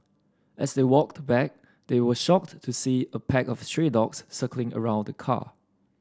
as they walked back they were shocked to see a pack of stray dogs circling around the car